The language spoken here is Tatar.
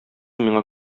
миңа